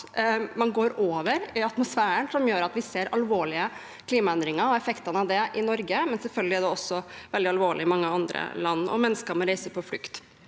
man går over i atmosfæren, som gjør at vi ser alvorlige klimaendringer og effektene av det i Norge, men det er selvfølgelig også veldig alvorlig i mange andre land, og mennesker må reise på flukt.